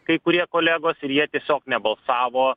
kai kurie kolegos ir jie tiesiog nebalsavo